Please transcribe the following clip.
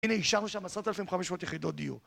הנה אישרנו שם עשרת אלפים חמש מאות יחידות דיור